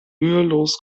mühelos